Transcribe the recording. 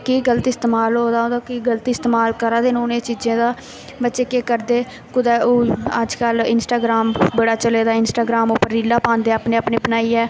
केह् गल्त इस्तेमाल होआ दा ओह्दा केह् गल्त इस्तेमाल करा दे न उ'नें चीजें दा बच्चे केह् करदे कुतै ओह् अजकल्ल इंस्टाग्राम बड़ा चले दा इंस्टाग्राम उप्पर रीलां पांदे अपनी अपनी बनाइयै